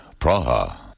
Praha